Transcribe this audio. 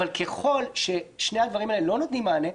אבל ככל ששני הדברים האלה לא נותנים מענה,